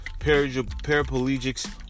paraplegics